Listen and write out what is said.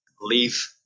leave